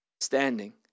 standing